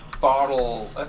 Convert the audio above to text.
bottle